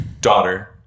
daughter